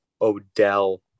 Odell